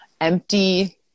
empty